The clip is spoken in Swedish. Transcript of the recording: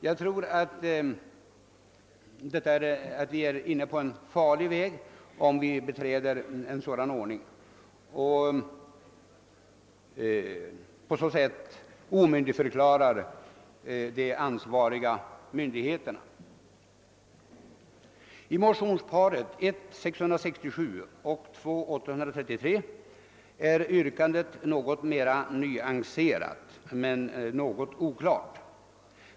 Jag tror att vi med en sådan ordning är inne på en farlig väg eftersom vi, om vi förfar på ett sådant sätt, omyndigförklarar de ansvariga myndigheterna. I motionsparet I:667 och II: 833 är yrkandet mera nyanserat, men något oklart.